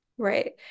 Right